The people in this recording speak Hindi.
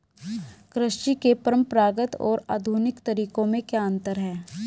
कृषि के परंपरागत और आधुनिक तरीकों में क्या अंतर है?